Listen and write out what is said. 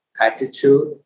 attitude